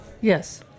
Yes